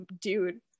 dude